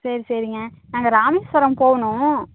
சரி சரிங்க நாங்கள் ராமேஸ்வரம் போகணும்